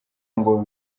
ngo